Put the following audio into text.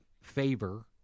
favor